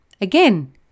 Again